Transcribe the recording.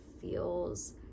feels